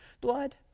blood